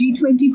G20